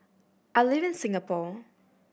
I live in Singapore